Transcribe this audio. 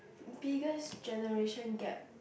biggest generation gap